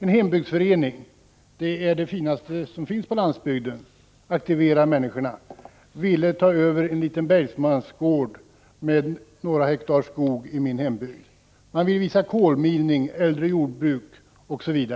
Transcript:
En hembygdsförening — det är det finaste som finns på landsbygden, dessa föreningar aktiverar människorna — ville ta över en liten bergsmansgård med några hektar skog i min hembygd. Man ville visa kolmilning, äldre jordbruk osv.